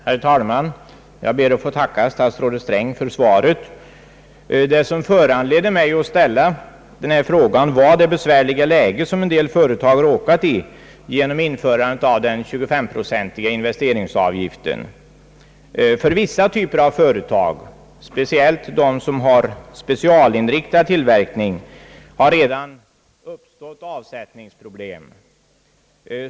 Herr talman! Jag ber att få tacka herr statsrådet Sträng för svaret. Det som föranledde mig att ställa denna fråga var det besvärliga läge, som en del företag råkat i genom införandet av den 25-procentiga investeringsavgiften. För vissa typer av företag, särskilt sådana som har specialinriktad tillverkning, har det redan uppstått avsättningsproblem.